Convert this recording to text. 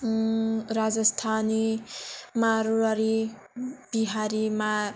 Rajasthani Marwari Bihari